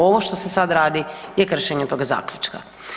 Ovo što se sad radi je kršenje toga zaključka.